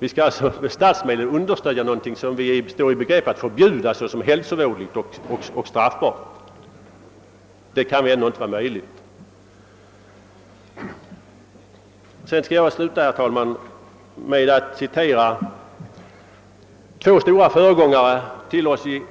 Det kan än då inte vara möjligt att vi med statsmedel skall understödja något som vi står i begrepp att förbjuda såsom hälsovådligt och straffbart. Jag skall sluta, herr talman, med att citera två stora föregångare till oss här i